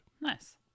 Nice